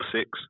six